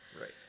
Right